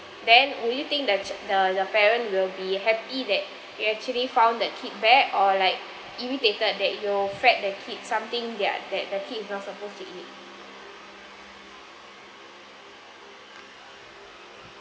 then will you think that the the parent will be happy that it actually found that kid back or like irritated that you fed the kid something their that the kid is not supposed to eat